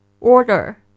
Order